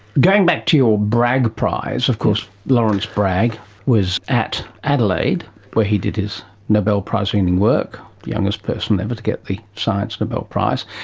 going back to your bragg prize, of course lawrence bragg was at adelaide where he did his nobel prize-winning work, the youngest person ever to get the science nobel prize.